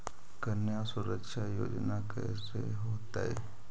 कन्या सुरक्षा योजना कैसे होतै?